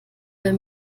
wer